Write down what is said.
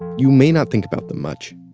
you may not think about them much.